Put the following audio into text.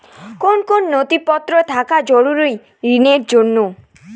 কোন কোন নথিপত্র থাকা জরুরি ঋণের জন্য?